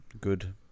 good